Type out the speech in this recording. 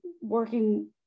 working